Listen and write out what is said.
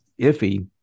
iffy